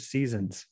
Seasons